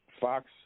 Fox